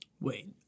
Wait